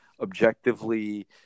objectively